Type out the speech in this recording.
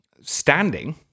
standing